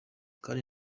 kandi